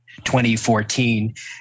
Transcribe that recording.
2014